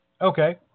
Okay